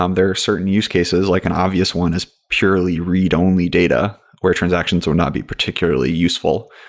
um there are certain use cases, like an obvious one is purely read-only data where transactions will not be particularly useful.